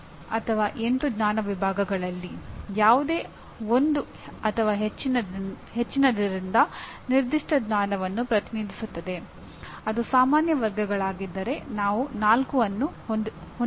ಕೆಲವು ಕಂಪನಿಗಳು ಯಾವುದಕ್ಕಾದರೂ ಸೂಚಿಸಿದ್ದಕ್ಕಿಂತ ಹೆಚ್ಚಿನ ಆದ್ಯತೆಯನ್ನು ನೀಡಬಹುದು ಆದರೆ ಇವು ಸೂಚಕವಾಗಿವೆ ನಿರ್ದಿಷ್ಟ ಶ್ರೇಣೀಕೃತ ಕ್ರಮದಲ್ಲಿ ಅಗತ್ಯವಾಗಿ ಜೋಡಿಸಲಾಗಿಲ್ಲ